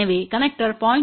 எனவே கனெக்டர்கள் 0